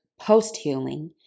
post-healing